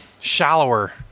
shallower